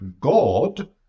God